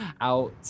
Out